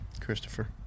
Christopher